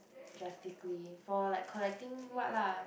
drastically for like collecting what lah